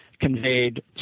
conveyed